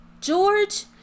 George